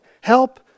help